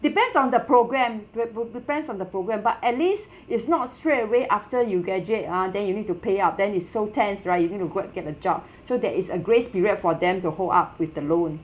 depends on the programme depends on the programme but at least it's not straight away after you graduate ah then you need to pay up then it's so tensed right you need to go and get a job so there is a grace period for them to hold up with the loan